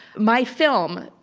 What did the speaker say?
my film,